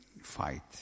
fight